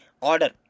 order